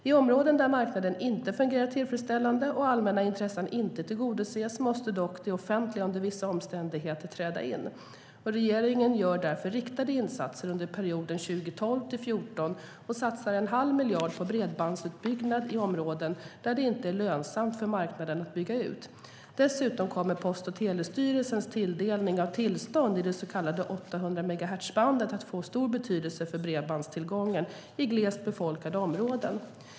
I områden där marknaden inte fungerar tillfredsställande och allmänna intressen inte tillgodoses måste dock det offentliga under vissa omständigheter träda in. Regeringen gör därför riktade insatser under perioden 2012-2014 och satsar en halv miljard på bredbandsutbyggnad i områden där det inte är lönsamt för marknaden att bygga ut. Dessutom kommer Post och telestyrelsens tilldelning av tillstånd i det så kallade 800-megahertzbandet att få stor betydelse för bredbandstillgången i glest befolkade områden.